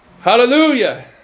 Hallelujah